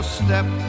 step